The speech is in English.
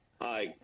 Hi